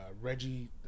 Reggie